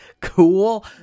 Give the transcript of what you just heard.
cool